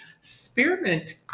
Spearmint